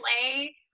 play